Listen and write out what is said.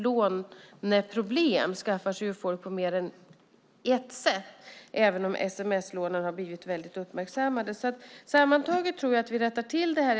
Låneproblem skaffar sig ju folk på mer än ett sätt, även om sms-lånen har blivit väldigt uppmärksammade. Sammantaget tror jag att vi rättar till det här.